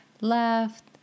left